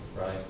right